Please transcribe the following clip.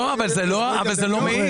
אבל זה לא מעיד.